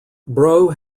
brough